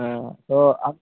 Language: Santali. ᱦᱮᱸ ᱟᱫᱚ ᱟᱢ